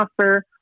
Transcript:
offer